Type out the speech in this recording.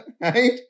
right